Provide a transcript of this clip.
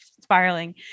spiraling